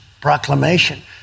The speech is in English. Proclamation